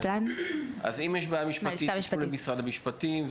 אם יש בעיה משפטית תלכו למשרד המשפטים,